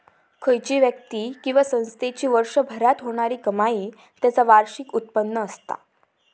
खयची व्यक्ती किंवा संस्थेची वर्षभरात होणारी कमाई त्याचा वार्षिक उत्पन्न असता